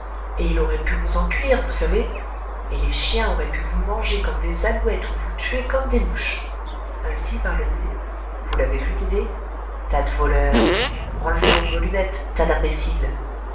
et il aurait pu vous en cuire vous savez et les chiens auraient pu vous manger comme des alouettes ou vous tuer comme des mouches ainsi parle dédé vous l'avez vu dédé tas de voleurs enlevez donc vos lunettes tas